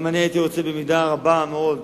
גם אני הייתי רוצה במידה רבה מאוד,